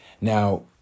Now